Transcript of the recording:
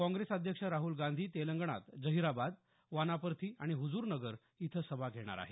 काँग्रेस अध्यक्ष राहूल गांधी तेलंगणात जहिराबाद वानापर्थी आणि हुजुरनगर इथं सभा घेणार आहेत